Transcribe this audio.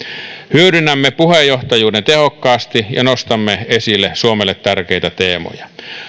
hyödynnämme puheenjohtajuuden tehokkaasti ja nostamme esille suomelle tärkeitä teemoja